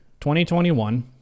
2021